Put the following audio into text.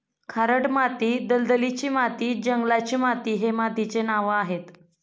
खारट माती, दलदलीची माती, जंगलाची माती हे मातीचे नावं आहेत